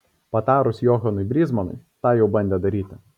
patarus johanui brysmanui tą jau bandė daryti